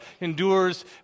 endures